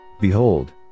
Behold